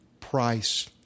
price